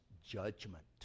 Judgment